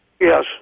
Yes